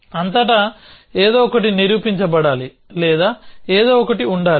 అంతటా ఏదో ఒకటి నిరూపించబడాలి లేదా ఏదో ఒకటి ఉండాలి